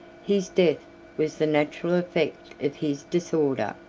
his death was the natural effect of his disorder.